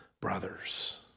brothers